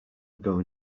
going